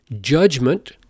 Judgment